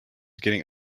getting